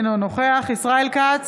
אינו נוכח ישראל כץ,